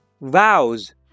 Vows